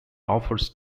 offers